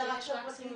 אלא רק של הפרקליטות.